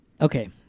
okay